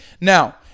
Now